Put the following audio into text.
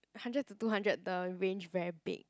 hundred to two hundred the range very big